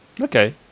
Okay